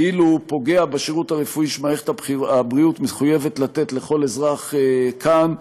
כאילו הוא פוגע בשירות הרפואי שמערכת הבריאות מחויבת לתת לכל אזרח כאן.